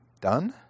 done